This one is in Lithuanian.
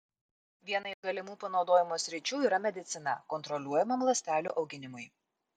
viena iš galimų panaudojimo sričių yra medicina kontroliuojamam ląstelių auginimui